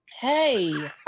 Hey